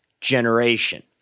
generation